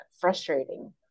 frustrating